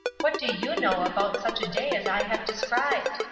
what do you know about such a day as i have described?